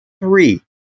Three